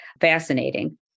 Fascinating